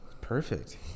Perfect